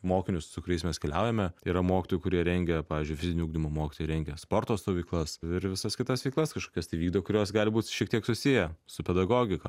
mokinius su kuriais mes keliaujame yra mokytojų kurie rengia pavyzdžiui fizinio ugdymo mokytojai rengia sporto stovyklas ir visas kitas veiklas kažkokias tai vykdo kurios gali būti šiek tiek susiję su pedagogika